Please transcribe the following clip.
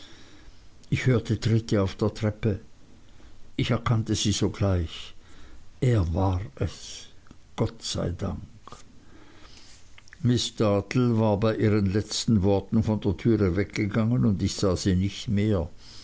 ich hörte tritte auf der treppe ich erkannte sie sogleich er war es gott sei dank miß dartle war bei ihren letzten worten von der türe weggegangen und ich sah sie nicht mehr